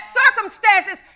circumstances